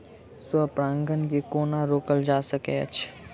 स्व परागण केँ कोना रोकल जा सकैत अछि?